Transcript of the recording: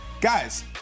Guys